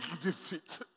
defeat